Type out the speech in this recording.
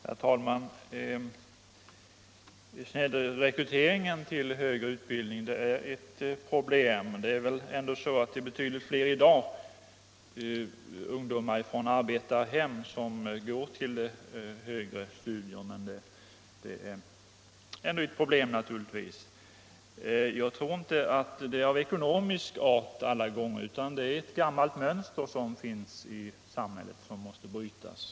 Herr talman! Snedrekryteringen till högre utbildning är ett problem. Visserligen går i dag betydligt flera ungdomar från arbetarhem än tidigare till högre studier, men den sociala snedrekryteringen är ändå ett problem. Jag tror inte att det alla gånger är av ekonomiska skäl som man inte vill studera vidare, utan det beror på ett gammalt mönster som finns kvar i samhället men som nu måste brytas.